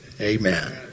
Amen